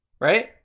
Right